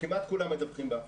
כמעט כולם מדווחים באפיק.